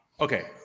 Okay